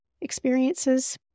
experiences